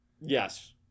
Yes